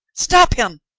stop him!